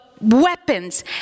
weapons